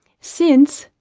since,